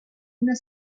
una